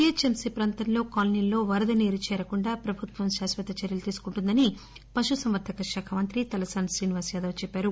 GH M C ప్రాంతంలో కాలనీల్లో వరద నీరు చేరకుండా ప్రభుత్వం శాశ్వత చర్చలు తీసుకుంటుందని పశు సంవర్దక శాఖ మంత్రి తలసాని శ్రీనివాస్ యాదవ్ చెప్పారు